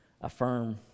affirm